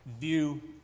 View